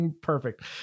perfect